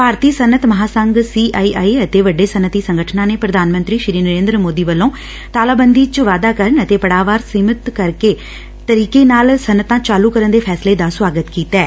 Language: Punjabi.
ਭਾਰਤੀ ਸਨੱਅਤ ਮਹਾਂ ਸੰਘ ਸੀ ਆਈ ਆਈ ਅਤੇ ਵੱਡੇ ਸੱਨਅਤੀ ਸੰਗਠਨਾਂ ਨੇ ਪੁਧਾਨ ਮੰਤਰੀ ਸੀ ਨਰੇਂਦਰ ਮੋਦੀ ਵੱਲੋਂ ਤਾਲਾਬੰਦੀ ਵਿਚ ਵਾਧਾ ਕਰਨ ਅਤੇ ਪੜਾਅਵਾਰ ਸੀਮਤ ਤਰੀਕੇ ਨਾਲ ਸਨੱਅਤਾਂ ਚਾਲੁ ਕਰਨ ਦੇ ਫੈਸਲੇ ਦਾ ਸੁਆਗਤ ਕੀਤੈ